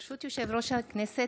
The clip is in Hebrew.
ברשות יושב-ראש הכנסת,